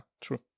true